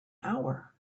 hour